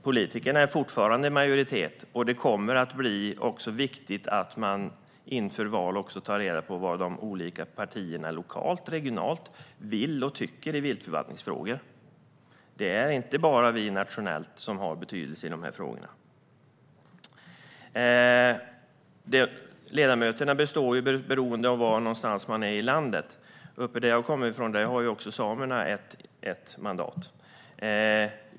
De är fortfarande i majoritet, och det kommer att bli viktigt att man inför val tar reda på vad de olika partierna lokalt och regionalt vill och tycker i viltförvaltningsfrågor. Det är inte bara vi nationellt som har betydelse i dessa frågor. Vilka ledamöter som ingår beror på var man befinner sig i landet. Där jag kommer ifrån har också samerna ett mandat.